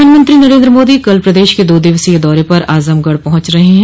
प्रधानमंत्री नरेन्द्र मोदी कल प्रदेश के दो दिवसीय दौरे पर आजमगढ़ पहुंच रहे हैं